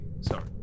sorry